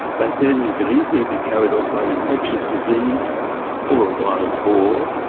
back then you could easily be carried off by an infectious disease or a wild boar.